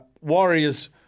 Warriors